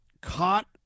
caught